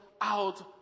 out